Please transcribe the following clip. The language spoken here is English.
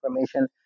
information